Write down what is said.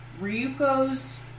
Ryuko's